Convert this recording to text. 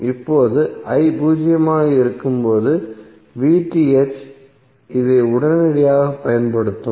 இப்போது பூஜ்ஜியமாக இருக்கும் போது இதை உடனடியாகப் பயன்படுத்தும்